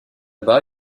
bas